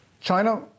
China